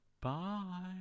Bye